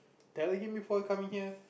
tell him before coming here